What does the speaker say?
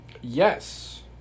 Yes